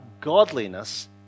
godliness